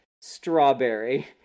strawberry